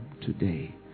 today